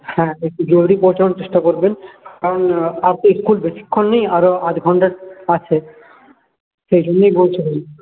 হ্যাঁ একটু জলদি পৌঁছানোর চেষ্টা করবেন কারণ আর তো বেশিক্ষণ নেই আর আধ ঘন্টা আছে সেই জন্যেই বলছিলাম